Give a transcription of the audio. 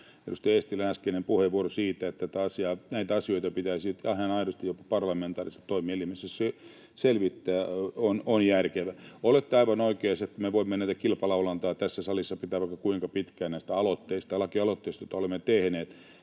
Edustaja Eestilän äskeinen puheenvuoro siitä, että näitä asioita pitäisi aidosti jopa parlamentaarisessa toimielimessä selvittää, on järkevä. Olette aivan oikeassa, että me voimme kilpalaulantaa tässä salissa pitää vaikka kuinka pitkään näistä lakialoitteista, joita olemme tehneet.